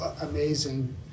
amazing